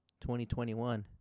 2021